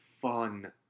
fun